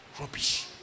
Rubbish